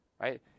right